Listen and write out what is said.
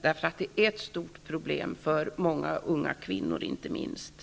Det är ett stort problem, inte minst för många unga kvinnor.